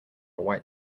white